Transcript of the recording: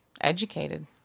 educated